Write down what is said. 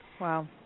Wow